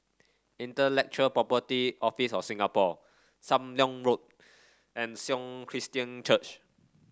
Intellectual Property Office of Singapore Sam Leong Road and Sion Christian Church